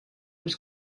was